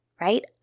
right